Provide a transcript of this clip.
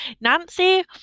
Nancy